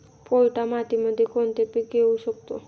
पोयटा मातीमध्ये कोणते पीक घेऊ शकतो?